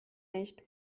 nicht